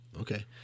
Okay